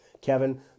Kevin